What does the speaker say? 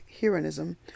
heroism